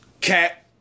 Cat